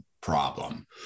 problem